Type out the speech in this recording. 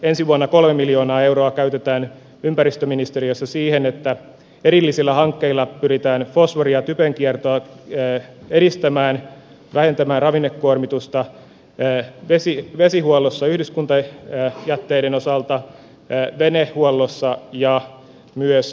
ensi vuonna käytetään kolme miljoonaa euroa ympäristöministeriössä siihen että erillisillä hankkeilla pyritään edistämään fosforin ja typen kiertoa vähentämään ravinnekuormitusta vesihuollossa yhdyskuntajätteiden osalta venehuollossa ja myös maataloudessa